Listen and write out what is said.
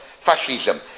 Fascism